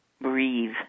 breathe